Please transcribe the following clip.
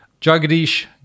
Jagadish